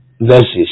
verses